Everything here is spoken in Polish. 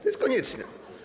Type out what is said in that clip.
To jest konieczne.